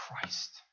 Christ